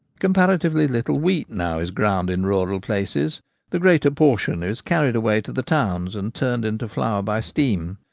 comparatively little wheat now is ground in rural places the greater portion is carried away to the towns and turned into flour by steam.